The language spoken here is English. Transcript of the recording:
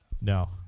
No